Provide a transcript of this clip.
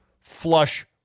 flush